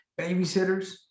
babysitters